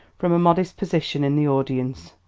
from a modest position in the audience.